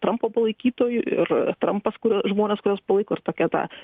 trampo palaikytojų ir trampas kur žmonės kuriuos palaiko ir tokia ta